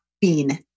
bean